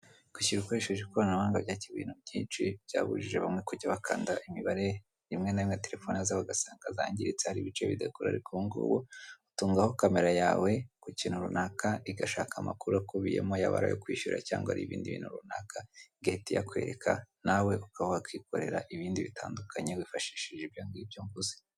Kwishyura ukoreresheje ikoranabuhanga byakemuye ibintu byinshi, byabujije abantu kujya bakanda imibare, rimwe na rimwe terefone zabo ugasanga zangiritse hari ibice bidakora ariko ubungubu, utungaho kamera yawe ku kintu runaka igashaka amakuru akubiyemo yaba ari ayo kwishyura cyangwa ari ibindi bintu runaka igahita iyakwereka nawe ukaba wakwikorera ibindi bitandukanye wifashishije ibyo ngibyo wakose.